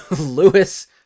lewis